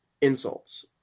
insults